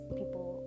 people